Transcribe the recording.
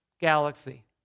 galaxy